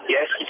Yes